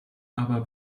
aber